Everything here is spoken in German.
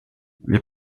wir